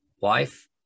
wife